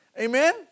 Amen